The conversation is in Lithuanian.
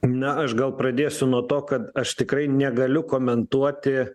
na aš gal pradėsiu nuo to kad aš tikrai negaliu komentuoti